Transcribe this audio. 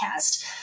podcast